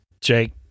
Jake